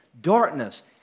darkness